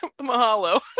mahalo